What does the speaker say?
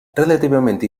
relativament